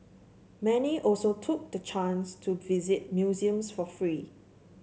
many also took the chance to visit museums for free